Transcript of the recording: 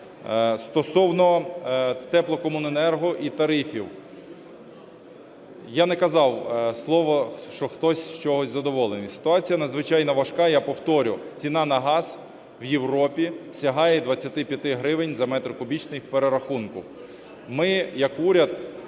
Стосовно теплокомуненерго і тарифів. Я не казав слово, що хтось чогось задоволений. Ситуація надзвичайно важка. Я повторю, ціна на газ в Європі сягає 25 гривень за метр кубічний в перерахунку. Ми як уряд